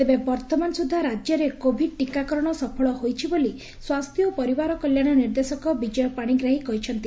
ତେବେ ବର୍ଭମାନ ସୁଦ୍ଧା ରାଜ୍ୟରେ କୋଭିଡ୍ ଟିକାକରଣ ସଫଳ ହୋଇଛି ବୋଲି ସ୍ୱାସ୍ଥ୍ୟ ଓ ପରିବାର କଲ୍ୟାଣ ନିର୍ଦ୍ଦେଶକ ବିଜୟ ପାଣିଗ୍ରାହୀ କହିଛନ୍ତି